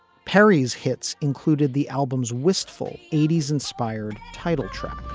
perry's hits included the album's wistful eighty s inspired title track.